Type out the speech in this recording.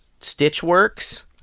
Stitchworks